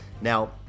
Now